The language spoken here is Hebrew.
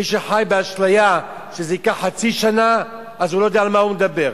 מי שחי באשליה שזה ייקח חצי שנה לא יודע על מה הוא מדבר,